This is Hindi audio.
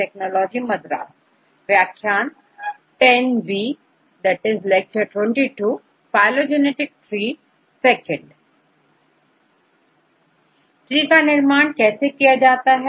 ट्री का निर्माण कैसे किया जाता है